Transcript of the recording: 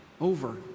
over